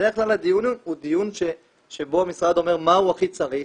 בדרך כלל הדיון הוא דיון שבו המשרד אומר מה הוא הכי צריך,